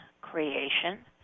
creation